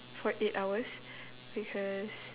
for eight hours because